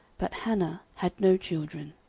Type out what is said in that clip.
but hannah had no children.